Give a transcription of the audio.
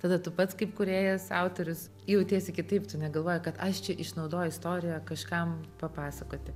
tada tu pats kaip kūrėjas autorius jautiesi kitaip tu negalvoji kad aš čia išnaudoji istoriją kažkam papasakoti